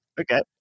Okay